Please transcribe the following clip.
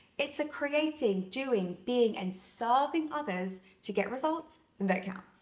it's the creating, doing, being, and serving others to get results and that counts.